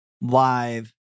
live